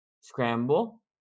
scramble